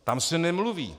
Tam se nemluví.